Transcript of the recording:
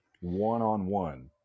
one-on-one